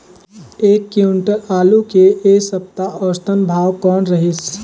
एक क्विंटल आलू के ऐ सप्ता औसतन भाव कौन रहिस?